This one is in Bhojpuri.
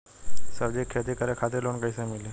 सब्जी के खेती करे खातिर लोन कइसे मिली?